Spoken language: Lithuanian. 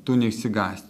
tu neišsigąsti